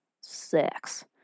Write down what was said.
sex